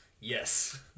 Yes